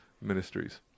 Ministries